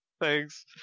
Thanks